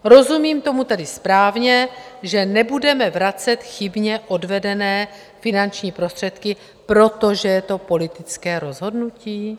Rozumím tomu tedy správně, že nebudeme vracet chybně odvedené finanční prostředky, protože to je politické rozhodnutí?